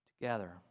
together